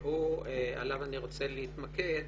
שעליו אני רוצה להתמקד,